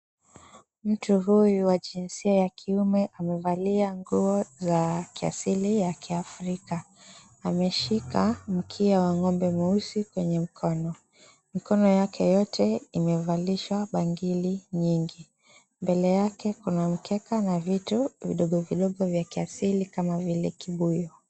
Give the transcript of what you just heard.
Mtu huyu wa jinsia ya kiume amevalia nguo za kiasili ya kiafrika. Ameshika mkia wa ng'ombe mweusi kwenye mkono. Mikono yake yote imevalishwa bangili nyingi. Mbele yake kuna mkeka na vitu vidogovidogo vya kiasili kama vile kibuyu.